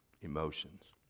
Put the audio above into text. emotions